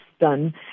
done